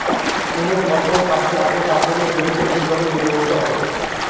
কোন ফসল চাষের আগে তার জন্য জমিকে ঠিক ভাবে তৈরী করতে হয়